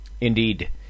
Indeed